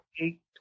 eight